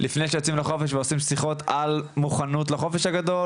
לפני שיוצאים לחופש ועושים שיחות על מוכנות לחופש הגדול,